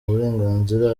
burenganzira